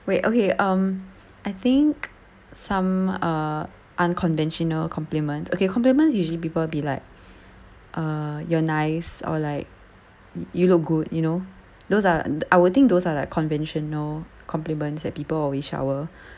wait okay um I think some uh unconventional compliment okay compliments usually people be like uh you're nice or like you look good you know those are and I would think those are like conventional compliments that people always shower